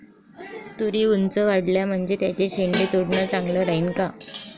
तुरी ऊंच वाढल्या म्हनजे त्याचे शेंडे तोडनं चांगलं राहीन का?